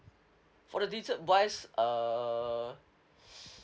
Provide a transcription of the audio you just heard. for the dessert wise uh